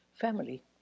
family